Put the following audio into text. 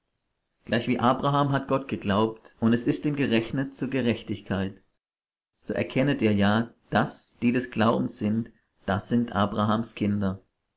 gleichwie abraham hat gott geglaubt und es ist ihm gerechnet zur gerechtigkeit so erkennet ihr ja daß die des glaubens sind das sind abrahams kinder